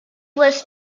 was